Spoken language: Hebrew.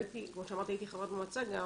כמו שאמרתי, הייתי חברת מועצה גם